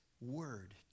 word